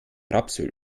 rapsöl